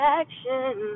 action